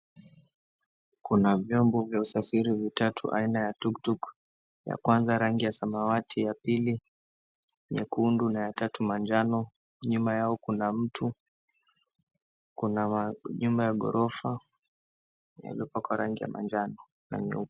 Kuna vyombo vya usafiri vitatu aina ya tuktuk . Ya kwanza rangi ya samawati, ya pili nyekundu, na ya tatu manjano. Nyuma yao kuna mtu, kuna manyumba ya ghorofa yaliyopakwa rangi ya manjano na nyeupe.